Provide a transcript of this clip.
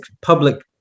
public